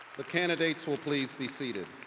the candidates will please be seated.